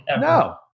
No